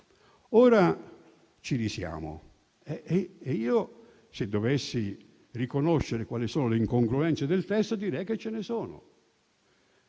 Ora, ci risiamo: se dovessi riconoscere le incongruenze del testo, direi che ce ne sono.